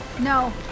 No